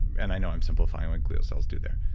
and i know i'm simplifying what glial cells do there,